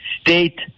State